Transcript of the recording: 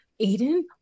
Aiden